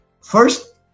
First